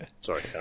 Sorry